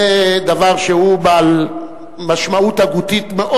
זה דבר שהוא בעל משמעות הגותית מאוד